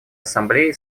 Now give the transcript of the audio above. ассамблеи